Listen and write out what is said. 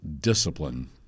discipline